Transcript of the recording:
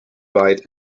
ride